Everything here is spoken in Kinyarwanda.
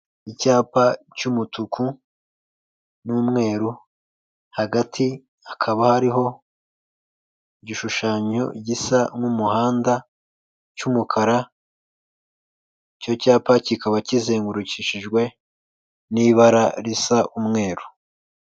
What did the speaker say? Icyapa cy'umutuku n'umweru hagati hakaba hariho igishushanyo gisa nk'umuhanda cy'umukara, Icyo cyapa kikaba kizengurukishijwe n'ibara risa n'umweru.